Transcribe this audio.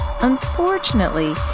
Unfortunately